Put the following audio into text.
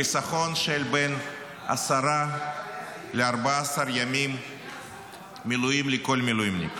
לחיסכון של בין 10 ל-14 ימי מילואים לכל מילואימניק,